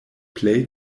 plej